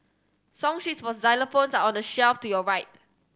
song sheets for xylophones are on the shelf to your right